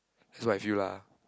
this what I feel lah